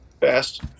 Fast